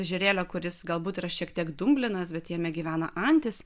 ežerėlio kuris galbūt yra šiek tiek dumblinas bet jame gyvena antys